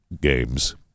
games